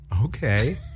Okay